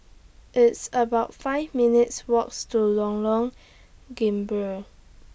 It's about five minutes' Walks to Lorong Gambir